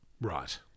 Right